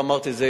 אמרתי את זה,